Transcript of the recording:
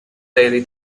daily